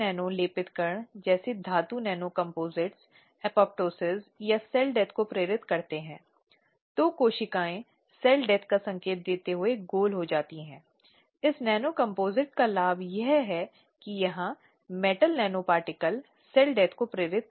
अगले में कर्मचारियों के बीच न्यूनतम दो सदस्य होने चाहिए जो सामाजिक कार्यों में कानूनी ज्ञान या अनुभव रखने वाली महिलाओं के कल्याण के लिए प्रतिबद्ध हैं इसलिए यह बहुत महत्वपूर्ण है कि यह होना चाहिए कि यह एक समिति है जो विशेष रूप से महिलाओं के कार्यप्रणाली के लिए समर्पित है